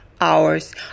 hours